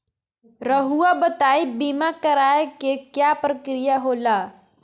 रहुआ बताइं बीमा कराए के क्या प्रक्रिया होला?